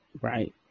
Right